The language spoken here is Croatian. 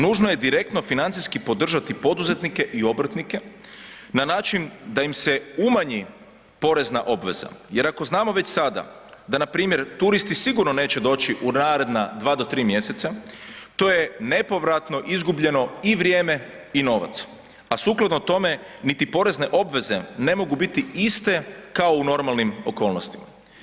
Nužno je direktno financijski podržati poduzetnike i obrtnike na način da im se umanji porezna obveza, jer ako znamo već sada na npr. turisti sigurno neće doći u naredna 2 do 3 mjeseca to je nepovratno izgubljeno i vrijeme i novac, a sukladno tome niti porezne obveze ne mogu biti iste kao u normalnim okolnostima.